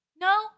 No